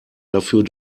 dafür